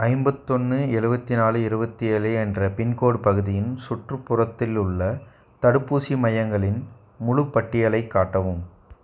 ஐம்பத்தொன்று எழுபத்தி நாலு இருபத்தி ஏழு என்ற பின்கோடு பகுதியின் சுற்றுப்புறத்தில் உள்ள தடுப்பூசி மையங்களின் முழுப்பட்டியலை காட்டவும்